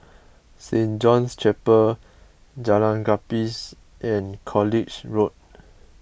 Saint John's Chapel Jalan Gapis and College Road